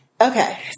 okay